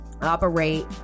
operate